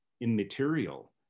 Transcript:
immaterial